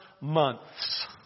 months